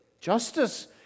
Justice